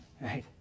Right